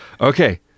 Okay